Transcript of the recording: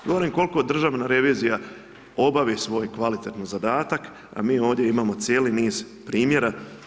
Govorim koliko Državna revizija obavi svoj kvalitetni zadatak, a mi ovdje imamo cijeli niz primjera.